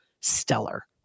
stellar